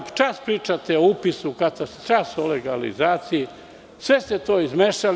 Čas pričate o upisu u katastar, čas o legalizaciji, sve ste to izmešali.